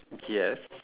yes